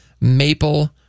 Maple